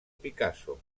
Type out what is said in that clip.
picasso